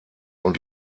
und